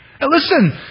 Listen